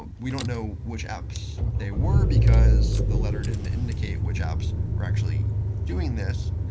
and we don't know which apps they were, because the letter didn't indicate which apps were actually doing this,